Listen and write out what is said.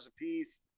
apiece